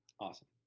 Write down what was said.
Awesome